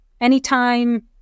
anytime